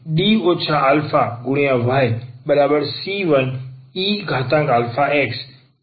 આથી D αyc1eαxએ dydx αyc1eαx છે